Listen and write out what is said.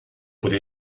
por